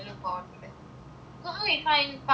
so how you find pub~ publication so far